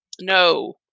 No